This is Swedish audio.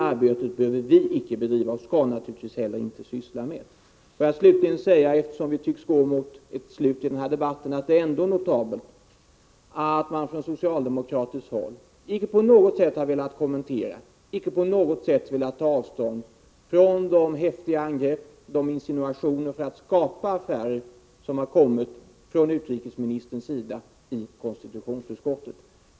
Får jag till sist, eftersom denna debatt tycks gå mot ett slut, säga att det ändå är notabelt att man från socialdemokratiskt håll inte på något sätt har velat kommentera eller ta avstånd från de häftiga angrepp och insinuationer om att vi skapar affärer som har kommit från utrikesministern i konstitutionsutskottet.